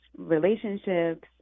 Relationships